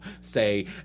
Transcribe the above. say